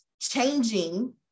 changing